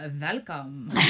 welcome